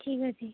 ଠିକ୍ ଅଛି